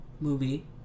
movie